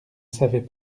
savait